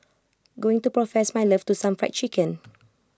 going to profess my love to some Fried Chicken